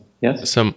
Yes